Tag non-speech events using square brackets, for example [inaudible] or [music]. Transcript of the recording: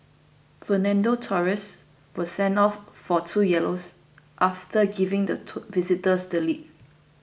Fernando Torres [noise] was sent off for two yellows after giving the to visitors the lead